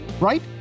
right